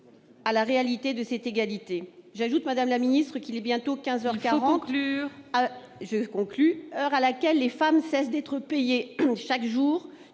à la réalité de cette égalité ? J'ajoute, madame la ministre, qu'il est bientôt quinze heures quarante, heure à laquelle les femmes cessent d'être payées chaque jour